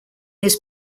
his